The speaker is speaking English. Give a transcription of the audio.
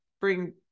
bring